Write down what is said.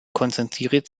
konzentriert